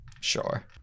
sure